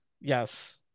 Yes